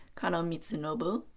kano mitsunobu,